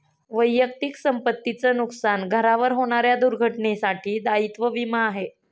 वैयक्तिक संपत्ती च नुकसान, घरावर होणाऱ्या दुर्घटनेंसाठी दायित्व विमा आहे